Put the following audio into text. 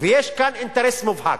ויש כאן אינטרס מובהק,